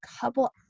couple